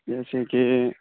جیسے کہ